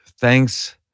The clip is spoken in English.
thanks